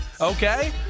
okay